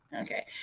Okay